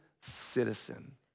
citizen